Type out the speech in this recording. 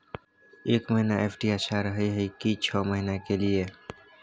एक महीना एफ.डी अच्छा रहय हय की छः महीना के लिए?